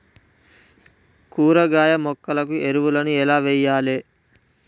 కూరగాయ మొక్కలకు ఎరువులను ఎలా వెయ్యాలే?